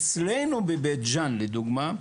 אצלנו בבית ג'ן לדוגמה,